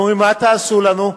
והם אומרים: מה תעשו לנו?